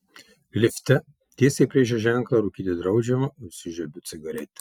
lifte tiesiai priešais ženklą rūkyti draudžiama užsižiebiu cigaretę